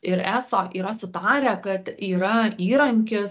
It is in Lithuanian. ir eso yra sutarę kad yra įrankis